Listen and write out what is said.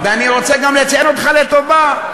ואני רוצה לציין אותך גם לטובה,